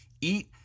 eat